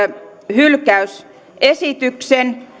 hylkäysesityksen